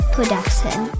Production